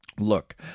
Look